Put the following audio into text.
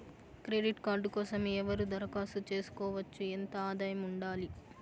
Credit card కోసం ఎవరు దరఖాస్తు చేసుకోవచ్చు? ఎంత ఆదాయం ఉండాలి?